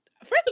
First